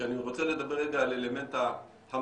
כשאני רוצה לדבר רגע על אלמנט ההמשגה.